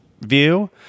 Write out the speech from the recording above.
view